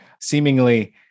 seemingly